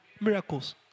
miracles